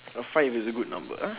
uh five is a good number ah